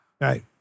Right